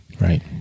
Right